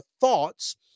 thoughts